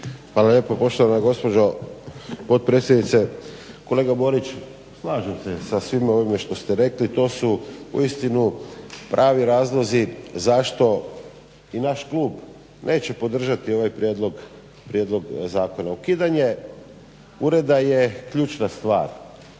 Hvala lijepo poštovana gospođo potpredsjednice. Kolega Borić slažem se sa svim ovime što ste rekli. To su uistinu pravi razlozi zašto i naš klub neće podržati ovaj prijedlog zakona. Ukidanje ureda je ključna stvar.